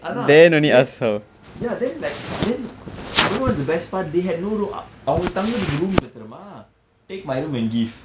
அதான்:athaan then ya then like then you what's the best part they had no ro~ அவங்களுக்கு தங்க:avankalukku thanka room இல்லை தெரியுமா:illai theriyumaa take my room and give